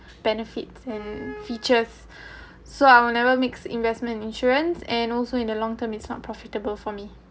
benefits and features so I'll never mix investment insurance and also in the long term is not profitable for me